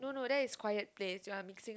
no no that is quiet place you're mixing up